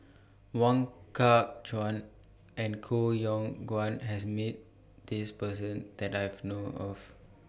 Wong Kah Chun and Koh Yong Guan has Met This Person that I know of